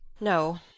No